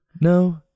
No